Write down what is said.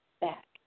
back